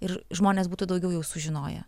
ir žmonės būtų daugiau jau sužinoję